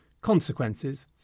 consequences